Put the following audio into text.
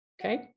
Okay